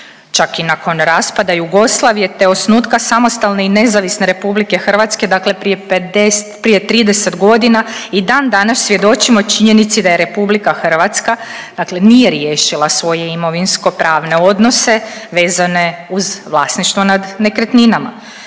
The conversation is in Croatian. Čak i nakon raspada Jugoslavije, te osnutka samostalne i nezavisne RH dakle prije 30.g. i dan danas svjedočimo činjenici da je RH, dakle nije riješila svoje imovinskopravne odnose vezane uz vlasništvo nad nekretninama.